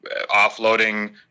offloading